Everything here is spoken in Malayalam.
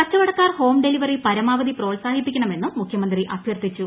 കച്ചവടക്കാർ ഹോംഡെലിവറി പരമാവധി പ്രോത്സാഹിപ്പിക്കണമെന്നും മുഖ്യമന്ത്രി അഭ്യർത്ഥിച്ചു